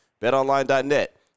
BetOnline.net